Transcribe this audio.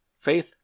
faith